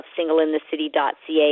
singleinthecity.ca